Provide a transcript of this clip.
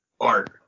art